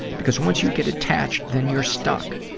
because once you get attached, then you're stuck.